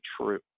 true